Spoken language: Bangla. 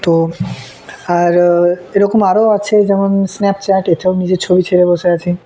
তো আর এরকম আরও আছে যেমন স্ন্যাপচ্যাট এতেও আমি নিজের ছবি ছেড়ে বসে আছি